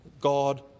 God